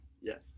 Yes